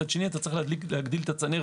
מצד שני, אתה צריך להגדיל את הצנרת.